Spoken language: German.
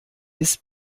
ist